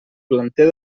planter